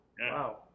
Wow